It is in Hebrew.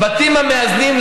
הבתים המאזנים,